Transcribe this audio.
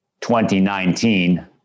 2019